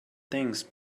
things